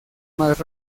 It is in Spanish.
más